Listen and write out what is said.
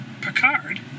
Picard